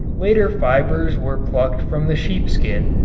later fibers were plucked from the sheepskin,